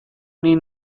nik